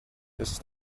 ist